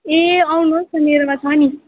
ए आउनुहोस् न मेरोमा छ नि